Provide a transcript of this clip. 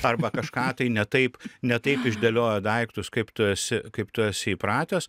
arba kažką tai ne taip ne taip išdėlioja daiktus kaip tu esi kaip tu esi įpratęs